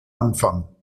anfang